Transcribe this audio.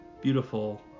beautiful